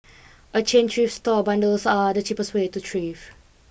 a chain thrift store bundles are the cheapest way to thrift